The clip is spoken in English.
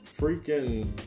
Freaking